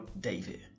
David